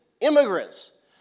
immigrants